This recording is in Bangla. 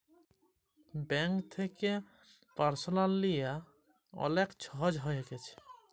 ব্যাংক থ্যাকে পারসলাল লিয়া অলেক ছহজ হঁয়ে গ্যাছে